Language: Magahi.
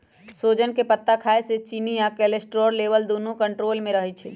सोजन के पत्ता खाए से चिन्नी आ कोलेस्ट्रोल लेवल दुन्नो कन्ट्रोल मे रहई छई